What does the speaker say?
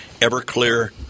Everclear